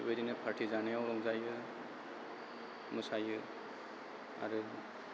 बादिनो पारटि जानायाव रंजायो मोसायो आरो